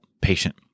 patient